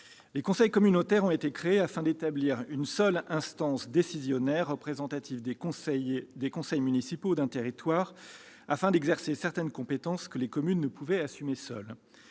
Les conseils communautaires ont été créés afin d'établir une seule instance décisionnaire, représentative des conseils municipaux d'un territoire, afin d'exercer certaines compétences que les communes ne pouvaient assumer seules.